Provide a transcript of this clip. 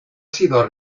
sido